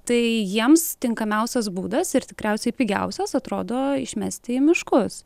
tai jiems tinkamiausias būdas ir tikriausiai pigiausias atrodo išmesti į miškus